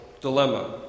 dilemma